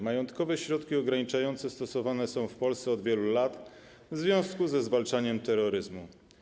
Majątkowe środki ograniczające stosowane są w Polsce od wielu lat w związku ze zwalczaniem terroryzmu.